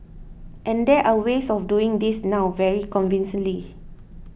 and there are ways of doing this now very convincingly